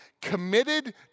committed